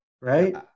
Right